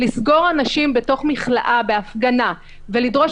לסגור אנשים בתוך מכלאה בהפגנה ולדרוש